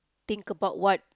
think about what